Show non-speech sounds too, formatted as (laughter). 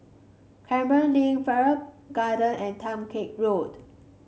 Canberra Link Farrer Garden and (unintelligible) cake Road